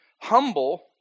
humble